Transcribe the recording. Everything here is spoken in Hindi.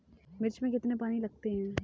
मिर्च में कितने पानी लगते हैं?